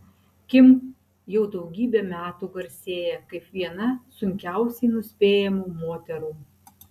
kim jau daugybę metų garsėja kaip viena sunkiausiai nuspėjamų moterų